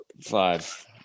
five